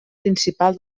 principal